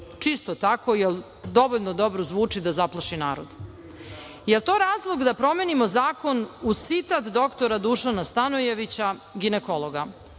čisto tako, jer dovoljno dobro zvuči da zaplaši narod? Jel to razlog da promenimo Zakon, uz citat dr Dušana Stanojevića, ginekologa,